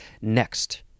Next